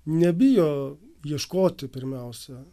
nebijo ieškoti pirmiausia